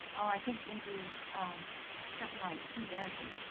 oh i think maybe um something like two dozen